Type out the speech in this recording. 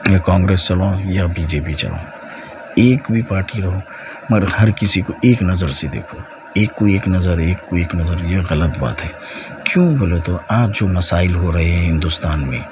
ہے کانگریس چلاؤ یا بی جے پی چلاؤ ایک بھی پارٹی رہو مگر ہر کسی کو ایک نظر سے دیکھو ایک کو ایک نظر ایک کو ایک نظر یہ غلط بات ہے کیوں بولے تو آج جو مسائل ہو رہے ہیں ہندوستان میں